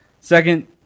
Second